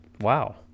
wow